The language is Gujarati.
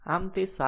આમ તે 7